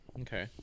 okay